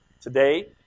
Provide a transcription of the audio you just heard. today